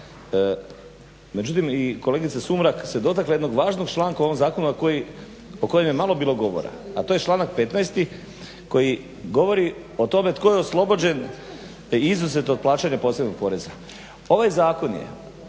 Međutim i kolegica Sumrak se dotakla jednog važnog članka u ovom zakonu o kojem je malo bilo govora a to je članak 15 koji govori o tome tko je oslobođen izuzetnog plaćanja posebnog poreza. Ovaj zakon je